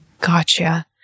Gotcha